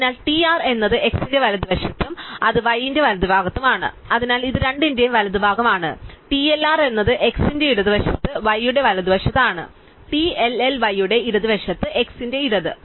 അതിനാൽ TR എന്നത് x ന്റെ വലതുവശത്തും അത് y ന്റെ വലതു ഭാഗവുമാണ് അതിനാൽ ഇത് രണ്ടിന്റെയും വലതുഭാഗമാണ് TLR എന്നത് x ന്റെ ഇടതുവശത്ത് y യുടെ വലതുവശത്താണ് TLL y യുടെ ഇടതുവശത്ത് x ന്റെ ഇടത്